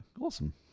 Awesome